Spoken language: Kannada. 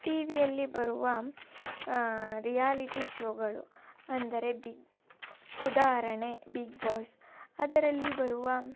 ಟಿವಿಯಲ್ಲಿ ಬರುವ ರಿಯಾಲಿಟಿ ಶೋಗಳು ಅಂದರೆ ಬಿಗ್ ಉದಾಹರಣೆ ಬಿಗ್ಬಾಸ್ ಅದರಲ್ಲಿ ಬರುವ